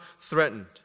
threatened